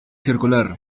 circular